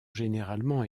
généralement